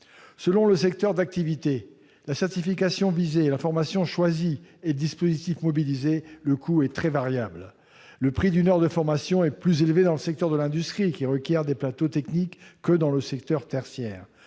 Selon le secteur d'activité, la certification visée, la formation choisie et le dispositif mobilisé, le coût est très variable. Le prix d'une heure de formation est plus élevé dans le secteur de l'industrie, qui requiert des plateaux techniques, que dans le secteur tertiaire.